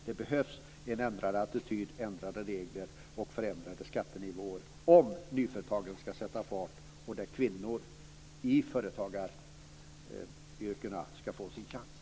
Det behövs en förändrad attityd, förändrade regler och förändrade skattenivåer för att nyföretagen ska sätta fart där kvinnor i företagaryrkena kan få sin chans.